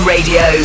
Radio